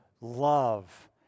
love